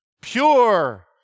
pure